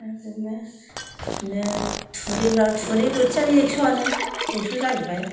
बिदिनो थुरारिफ्राबो थुरि बोथिया बे एखस'यानो एकस' जाहैबाय